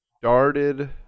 started